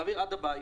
להעביר עד הבית.